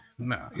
No